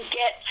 get